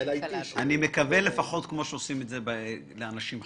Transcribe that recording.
אני מקווה שלפחות כמו שעושים את זה לאנשים חיים.